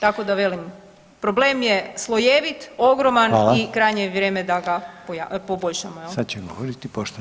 Tako da velim problem je slojevit, ogroman i [[Upadica: Hvala.]] krajnje je vrijeme da ga poboljšamo